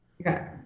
Okay